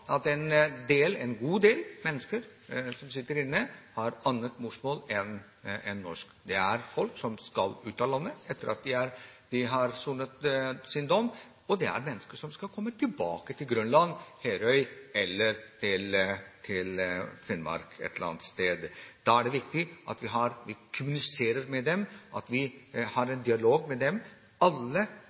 en god del mennesker som sitter inne, har et annet morsmål enn norsk. Det er folk som skal ut av landet etter at de har sonet sin dom, og det er mennesker som skal komme tilbake til et eller annet sted – til Grønland, til Herøy eller til Finnmark. Da er det viktig at vi kommuniserer med dem, at vi har en dialog med dem. Alle